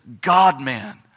God-man